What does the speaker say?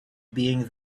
being